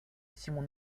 всему